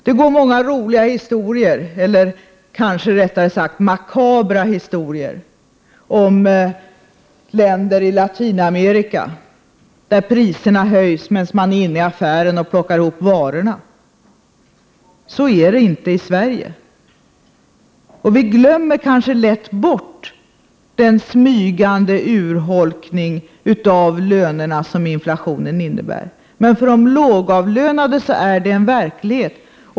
Det går många roliga — eller kanske rättare sagt makabra — historier om länder i Latinamerika där priserna stiger, medan man är inne i affären och plockar ihop varorna. Så är det inte i Sverige. Vi glömmer kanske lätt bort den smygande urholkning av lönerna som inflationen innebär. För de lågavlönade är det dock en verklighet.